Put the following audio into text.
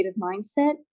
mindset